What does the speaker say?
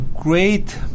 great